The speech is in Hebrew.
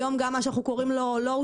היום גם מה שאנחנו קוראים לו לואו-טק.